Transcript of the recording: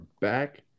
back